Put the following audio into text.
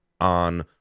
on